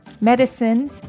medicine